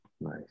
Nice